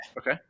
Okay